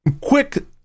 quick